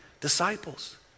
disciples